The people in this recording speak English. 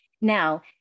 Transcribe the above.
Now